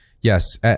Yes